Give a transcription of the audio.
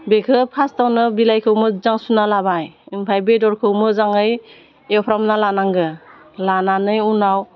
बेखो फास्टआवनो बिलाइखौ मोजां सुना लाबाय ओमफाय बेदरखौ मोजाङै एवफ्रामना लानांगौ लानानै उनाव